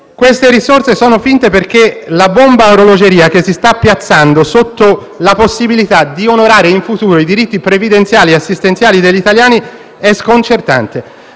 le risorse sono finte perché la bomba a orologeria che si sta piazzando sotto la possibilità di onorare in futuro i diritti previdenziali e assistenziali degli italiani è sconcertante.